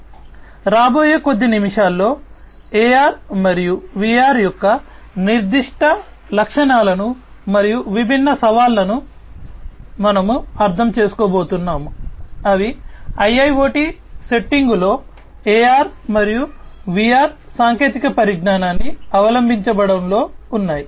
కాబట్టి రాబోయే కొద్ది నిమిషాల్లో AR మరియు VR యొక్క నిర్దిష్ట లక్షణాలను మరియు విభిన్న సవాళ్లను మేము అర్థం చేసుకోబోతున్నాము అవి IIoT సెట్టింగులలో AR మరియు VR సాంకేతిక పరిజ్ఞానాన్ని అవలంబించడంలో ఉన్నాయి